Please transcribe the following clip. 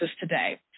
today